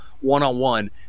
one-on-one